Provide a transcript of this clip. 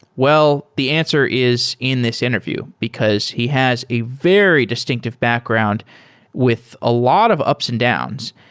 well, the answer is in this interview, because he has a very distinctive background with a lot of ups and downs.